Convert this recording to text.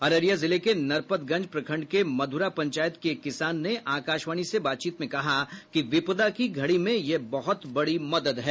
अररिया जिले के नरपतगंज प्रखंड के मध्रा पंचायत के एक किसान ने आकाशवाणी से बातचीत में कहा कि विपदा की घड़ी में यह बहत बड़ी मदद है